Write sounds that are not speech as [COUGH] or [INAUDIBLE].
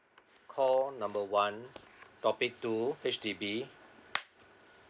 call number one topic two H_D_B [NOISE]